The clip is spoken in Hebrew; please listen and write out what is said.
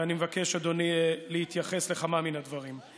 ואני מבקש, אדוני, להתייחס לכמה מן הדברים.